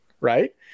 right